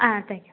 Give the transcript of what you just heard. ஆ thank you